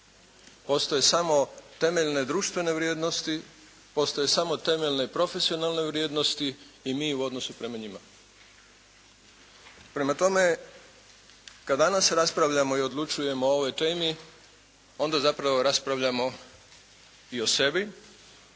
postoje samo temeljne društvene vrijednosti, postoje samo temeljne profesionalne vrijednosti i mi u odnosu prema njima. Prema tome, kad danas raspravljamo i odlučujemo o ovoj temi onda zapravo raspravljamo i o sebi